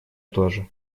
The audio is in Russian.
тоже